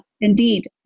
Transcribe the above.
indeed